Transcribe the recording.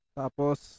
tapos